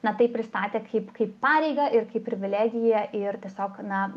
na tai pristatė kaip kaip pareigą ir kaip privilegiją ir tiesiog na